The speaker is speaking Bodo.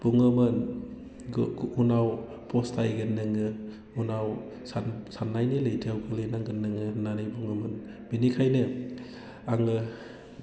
बुङोमोन उनाव पस्तायगोन नोङो उनाव साननायनि लैथोआव गोग्लैनांगोन नोङो होननानै बुङोमोन बेनिखायनो आङो